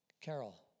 Carol